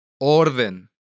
Orden